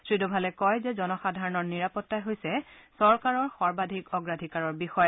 শ্ৰী ডোভালে কয় যে জনসাধাৰণৰ নিৰাপত্তাই হৈছে চৰকাৰৰ সৰ্বাধিক অগ্ৰাধিকাৰৰ বিষয়